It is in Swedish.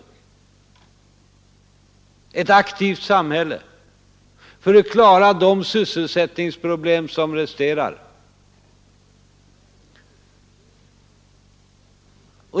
Vi behöver ett aktivt samhälle för att klara de sysselsättningsproblem som resterar.